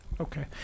Okay